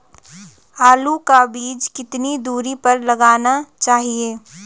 आलू का बीज कितनी दूरी पर लगाना चाहिए?